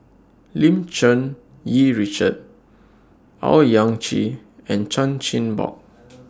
Lim Cherng Yih Richard Owyang Chi and Chan Chin Bock